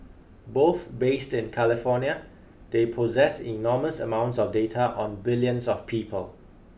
both based in California they possess enormous amounts of data on billions of people